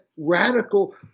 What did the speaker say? radical